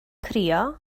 crio